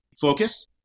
focus